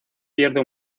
pierde